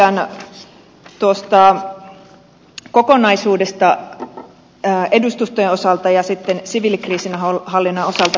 tosiaan tuosta kokonaisuudesta edustustojen osalta ja sitten siviilikriisinhallinnan osalta